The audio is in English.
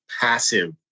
passive